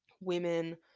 women